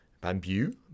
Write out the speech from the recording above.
bamboo